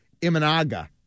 Imanaga